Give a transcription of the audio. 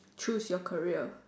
choose your career